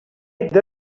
made